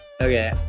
Okay